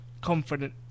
confident